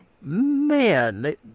man